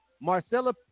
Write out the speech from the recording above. Marcella